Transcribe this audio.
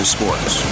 Sports